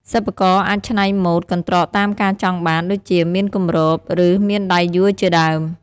សិប្បករអាចច្នៃម៉ូដកន្ត្រកតាមការចង់បាន ដូចជាមានគម្រប ឬមានដៃយួរជាដើម។